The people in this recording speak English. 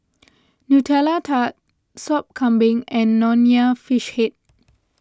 Nutella Tart Sop Kambing and Nonya Fish Head